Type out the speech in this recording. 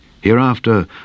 Hereafter